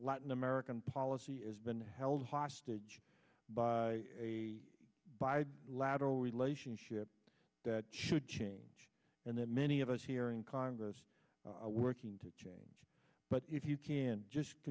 latin american policy is been held hostage by a by lateral relationship that should change and that many of us here in congress working to change but if you can just